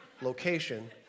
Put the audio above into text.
location